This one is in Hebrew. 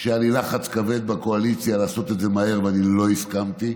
היה לי לחץ כבד בקואליציה לעשות את זה מהר ואני לא הסכמתי.